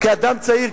כאדם צעיר,